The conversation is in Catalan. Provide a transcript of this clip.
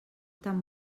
tan